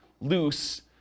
loose